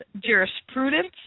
jurisprudence